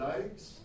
Likes